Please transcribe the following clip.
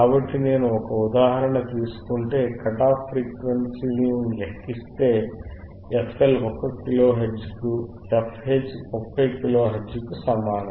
కాబట్టి నేను ఒక ఉదాహరణ తీసుకుంటే కట్ ఆఫ్ పౌనపున్యాలు లెక్కిస్తే fL 1 కిలోహెర్ట్జ్ కు fH 30 కిలో హెర్ట్జ్ కు సమానం